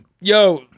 yo